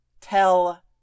tell